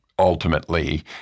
ultimately